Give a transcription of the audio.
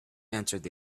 answered